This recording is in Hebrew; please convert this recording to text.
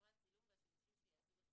אזורי הצילום והשימושים שייעשו בצילומים.